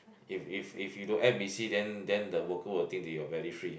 if if if you don't act busy then then the worker will think that you are very free